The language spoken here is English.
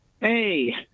Hey